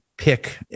pick